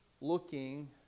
looking